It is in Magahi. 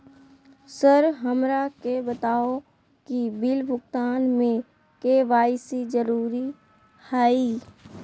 सर हमरा के बताओ कि बिल भुगतान में के.वाई.सी जरूरी हाई?